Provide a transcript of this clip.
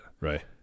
Right